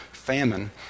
famine